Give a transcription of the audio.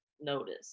notice